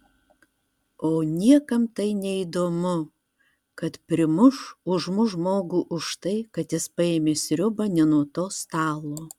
o niekam tai neįdomu kad primuš užmuš žmogų už tai kad jis paėmė sriubą ne nuo to stalo